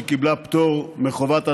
היא קיבלה פטור מחובת הנחה,